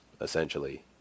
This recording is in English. essentially